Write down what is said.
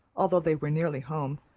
although they were nearly home,